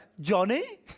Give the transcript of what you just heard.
Johnny